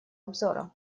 обзора